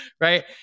right